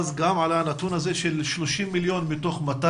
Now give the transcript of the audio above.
אז גם עלה הנתון הזה של 30 מיליון מתוך 200